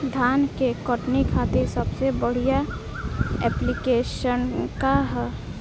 धान के कटनी खातिर सबसे बढ़िया ऐप्लिकेशनका ह?